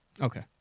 Okay